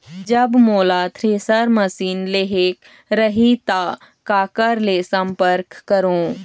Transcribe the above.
जब मोला thresher machine लेहेक रही ता काकर ले संपर्क करों?